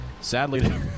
sadly